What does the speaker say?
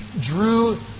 drew